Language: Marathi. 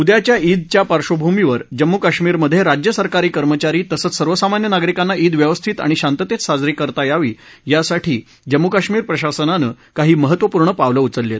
उद्याच्या ईदच्या पार्श्वभूमीवर जम्मू कश्मीरमधे राज्य सरकारी कर्मचारी तसंच सर्वसामान्य नागरिकांना ईद व्यवस्थित आणि शांततेत साजरी करता यावा यासाठी जम्मू कश्मीर प्रशासनानं काही महत्त्वपूर्ण पावलं उचलली आहेत